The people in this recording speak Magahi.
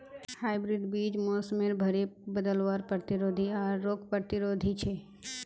हाइब्रिड बीज मोसमेर भरी बदलावर प्रतिरोधी आर रोग प्रतिरोधी छे